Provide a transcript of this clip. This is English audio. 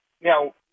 Now